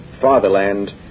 fatherland